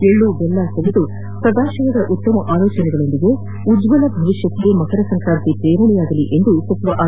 ಎಳ್ಳು ಬೆಲ್ಲ ಸವಿದು ಸದಾಶಯದ ಉತ್ತಮ ಆರೋಚನೆಗಳೊಂದಿಗೆ ಉಜ್ವಲ ಭವಿಷ್ಣಕ್ಕೆ ಮಕರ ಸಂಕ್ರಾತಿ ಪ್ರೇರಣೆಯಾಗಲಿ ಎಂದು ಸಚಿವ ಆರ್